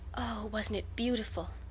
wasn't it beautiful?